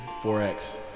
4X